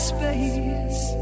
Space